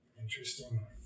Interesting